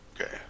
Okay